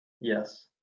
Yes